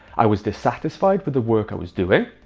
i was dissatisfied with the work i was doing,